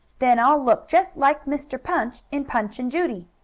then i'll look just like mr. punch, in punch and judy.